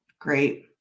Great